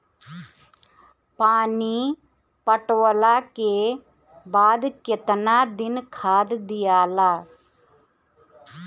पानी पटवला के बाद केतना दिन खाद दियाला?